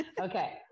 Okay